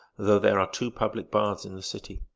though there are two public baths in the city.